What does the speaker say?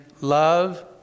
love